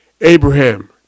Abraham